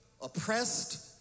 oppressed